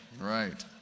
Right